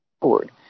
forward